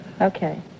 Okay